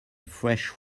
fresh